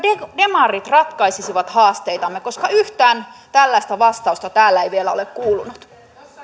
demarit ratkaisisivat haasteitamme koska yhtään tällaista vastausta täällä ei vielä ole kuulunut